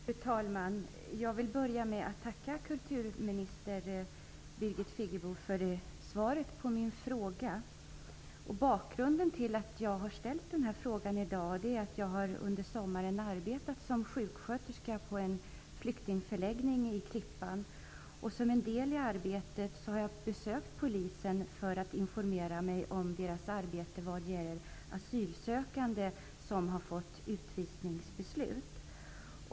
Fru talman! Jag vill börja med att tacka kulturminister Birgit Friggebo för svaret på min fråga. Bakgrunden till att jag har ställt denna fråga är att jag under sommaren har arbetat som sjuksköterska på en flyktingförläggning i Klippan. Som en del i arbetet har jag besökt polisen för att informera mig om dess arbete vad gäller asylsökande som har fått utvisningsbeslut.